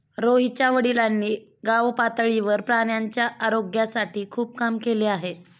रोहितच्या वडिलांनी गावपातळीवर प्राण्यांच्या आरोग्यासाठी खूप काम केले आहे